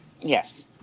yes